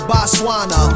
Botswana